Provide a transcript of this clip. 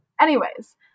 Anyways-